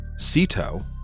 sito